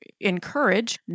encourage